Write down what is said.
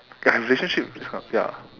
ya relationship this kind ya